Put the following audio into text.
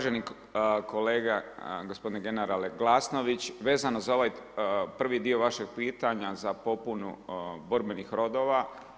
Uvaženi kolega, gospodine generale Glasnović, vezano za ovaj prvi dio vašeg pitanja za popunu borbenih rodova.